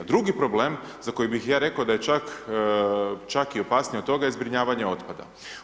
Drugi problem za koji bih ja rekao da je čak, čak je opasniji od toga i zbrinjavanje otpada.